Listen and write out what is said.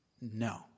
No